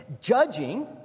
Judging